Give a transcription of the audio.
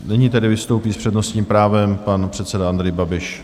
Nyní tedy vystoupí s přednostním právem pan předseda Andrej Babiš.